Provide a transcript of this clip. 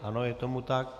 Ano, je tomu tak.